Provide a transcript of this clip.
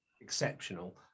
exceptional